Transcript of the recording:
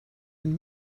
and